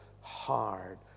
hard